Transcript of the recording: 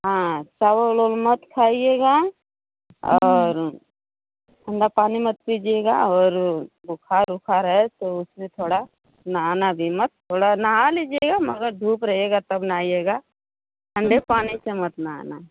हाँ सवालोन मत खाइयेगा और मत पानी मत पीजियेगा और बुखार वुखार है तो उसमें थोड़ा नहाना भी मत थोड़ा नह लीजियेगा मगर धूप रहेगा तब नहाइयेगा ठंडे पानी से मत नहाना